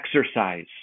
exercise